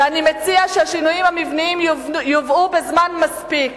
אני מציע שהשינויים המבניים יובאו בזמן מספיק.